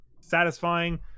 satisfying